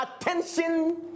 attention